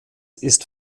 ist